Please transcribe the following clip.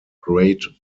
great